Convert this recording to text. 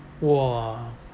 !wah!